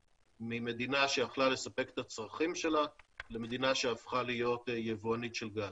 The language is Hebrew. ממדינה שיכלה לספק את הצרכים שלה למדינה שהפכה להיות יבואנית של גז.